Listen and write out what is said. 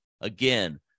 again